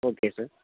okay sir